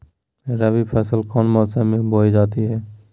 रबी फसल कौन मौसम में बोई जाती है?